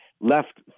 left